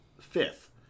fifth